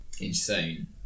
insane